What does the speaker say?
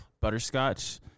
Butterscotch